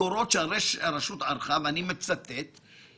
אני שמח שאת מדייקת,